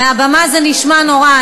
מהבמה זה נשמע נורא.